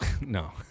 no